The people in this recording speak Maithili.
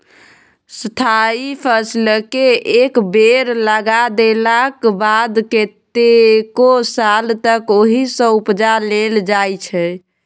स्थायी फसलकेँ एक बेर लगा देलाक बाद कतेको साल तक ओहिसँ उपजा लेल जाइ छै